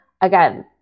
again